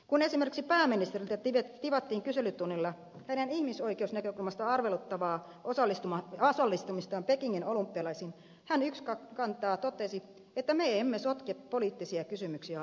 kun esimerkiksi pääministeriltä tivattiin kyselytunnilla hänen ihmisoikeusnäkökulmasta arveluttavaa osallistumistaan pekingin olympialaisiin hän ykskantaan totesi että me emme sotke poliittisia kysymyksiä olympialaisiin